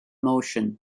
motion